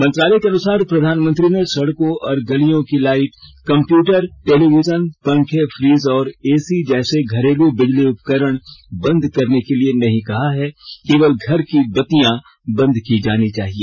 मंत्रालय के अनुसार प्रधानमंत्री ने सड़कों और गलियों की लाइट कंप्यूटर टेलीविजन पंखे फ्रिज और एसी जैसे घरेलू बिजली उपकरण बंद करने के लिए नहीं कहा है केवल घर की बत्तियां बंद की जानी चाहिए